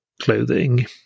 clothing